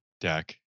deck